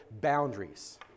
boundaries